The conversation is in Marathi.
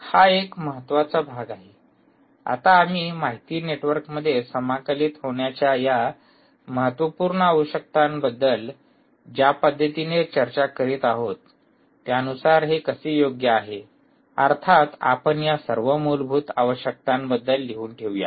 हा एक महत्वाचा भाग आहे आता आम्ही माहिती नेटवर्कमध्ये समाकलित होण्याच्या या महत्त्वपूर्ण आवश्यकतांबद्दल ज्या पद्धतीने चर्चा करीत आहोत त्यानुसार हे कसे योग्य आहे अर्थात आपण या सर्व मूलभूत आवश्यकतांबद्दल लिहून ठेऊया